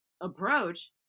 approach